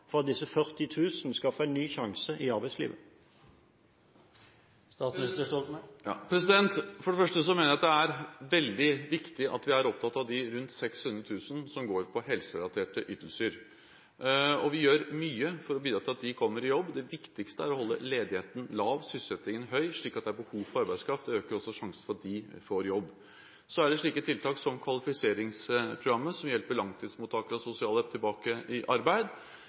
for at disse 40 000 skal få en ny sjanse i arbeidslivet? For det første mener jeg det er veldig viktig at vi er opptatt av de rundt 600 000 som går på helserelaterte ytelser. Vi gjør mye for å bidra til at de kommer i jobb. Det viktigste er å holde ledigheten lav og sysselsettingen høy, slik at det er behov for arbeidskraft. Det øker også sjansen for at de får jobb. Så er det slike tiltak som kvalifiseringsprogrammet, som hjelper langtidsmottakere av sosialhjelp tilbake i arbeid,